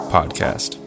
Podcast